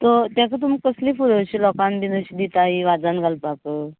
तर तेका तुमी कसलीं अशीं फुलां लोकांक बी दिताय वाजान घालपाक